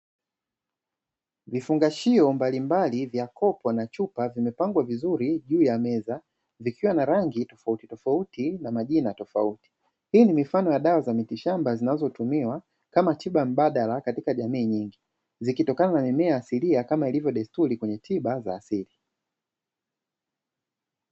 Vifungashio mbalimbali vya kopo na chupa vimepangwa vizuri juu ya meza; vikiwa na rangi tofautitofauti na majina tofauti, hii mifano ya dawa za miti shamba zinazotumiwa kama tiba mbadala katika jamii nyingi; zikitokana na mimea asilia kama ilivyo desturi kwenye tiba za asili.